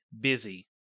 busy